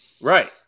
Right